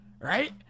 Right